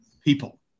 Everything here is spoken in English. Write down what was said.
people